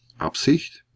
Absicht